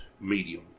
medium